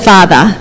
Father